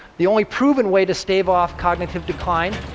the only proven way to stave off cognitive decline,